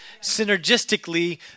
synergistically